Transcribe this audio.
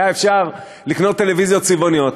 היה אפשר לקנות טלוויזיות צבעוניות.